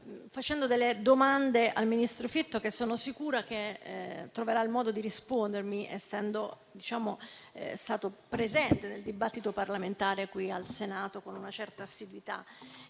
facendo delle domande al ministro Fitto e sono sicura che troverà il modo di rispondermi, essendo stato presente nel dibattito parlamentare qui in Senato con una certa assiduità.